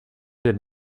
did